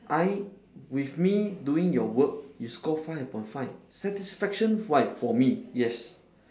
I with me doing your work you score five upon five satisfaction why for me yes